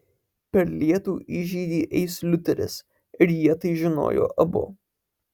per lietų į žygį eis liuteris ir jie tai žinojo abu